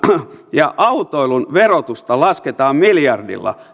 ja autoilun verotusta lasketaan miljardilla